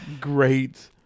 great